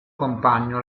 compagno